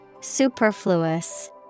Superfluous